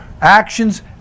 actions